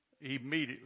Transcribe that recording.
Immediately